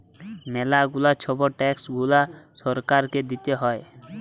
ম্যালা গুলা ছব ট্যাক্স গুলা সরকারকে দিতে হ্যয়